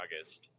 August